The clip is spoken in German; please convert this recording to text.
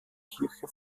kirche